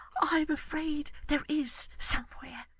i am afraid there is, somewhere.